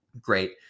great